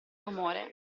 rumore